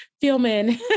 filming